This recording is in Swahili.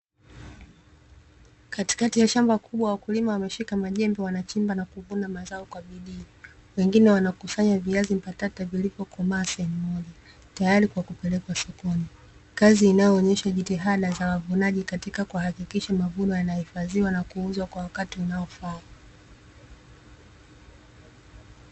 Katikati ya shamba kubwa wakulima wameshika majembe wanachimba na kuvuna mazao kwa bidii. Wengine wanakusanya viazi mbatata vilivyokomaa sehemu moja tayari kwa kupelekwa sokoni. Kazi inayoonyesha jitihada za wavunaji katika kuhakikisha mavuno yanahifadhiwa na kuuzwa kwa wakati unaofaa.